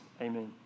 Amen